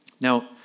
Now